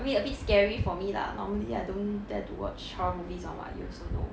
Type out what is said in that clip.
I mean a bit scary for me lah normally I don't dare to watch horror movies [one] [what] you also know